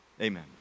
Amen